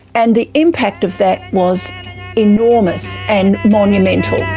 and the impact of that was enormous and monumental. yeah